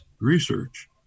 research